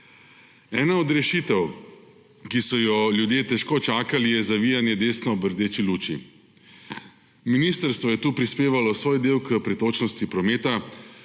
Ena od rešitev, ki so jo ljudje težko čakali, je zavijanje desno ob rdeči luči. Ministrstvo je tu prispevalo svoj del k pretočnosti prometa,